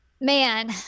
man